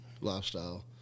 lifestyle